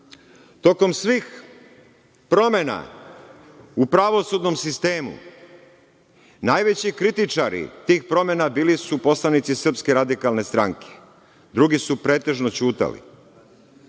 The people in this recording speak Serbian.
Tokom svim promena u pravosudnom sistemu, najveći kritičari tih promena bili su poslanici SRS, drugi su pretežno ćutali.